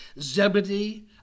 Zebedee